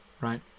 right